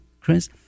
Chris